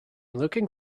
looking